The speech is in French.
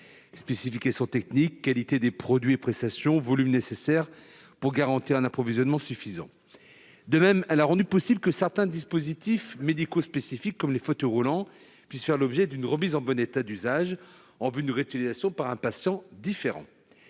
spécifications techniques, qualité des produits et prestations, volumes nécessaires pour garantir un approvisionnement suffisant, etc. De même, elle a permis que certains dispositifs médicaux spécifiques, comme les fauteuils roulants, puissent faire l'objet d'une remise en bon état d'usage en vue de leur réutilisation par une personne différente.